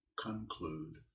conclude